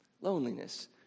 Loneliness